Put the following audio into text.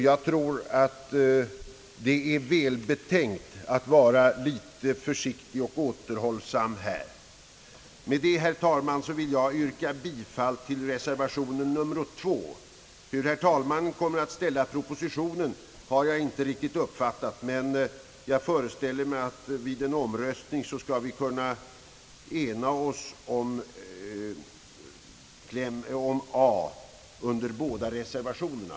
Jag tror att det är välbetänkt att vara litet försiktig och återhållsam. Med dessa ord, herr talman, vill jag yrka bifall till reservation II. Hur herr ning talmannen kommer att ställa propositionen har jag inte riktigt uppfattat, men jag föreställer mig att vi vid en omröstning skall kunna ena oss om punkt a i båda reservationerna.